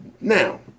Now